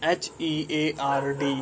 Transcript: heard